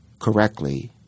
correctly